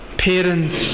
parents